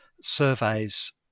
surveys